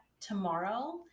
tomorrow